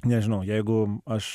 nežinau jeigu aš